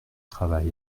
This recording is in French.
travail